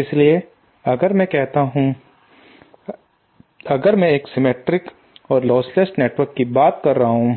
इसलिए अगर मैं कहता हूं अगर मैं एक सिमेट्रिक और लोस्टलेस नेटवर्क की बात कर रहा हूं